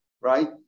right